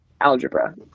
algebra